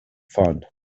font